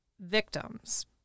victims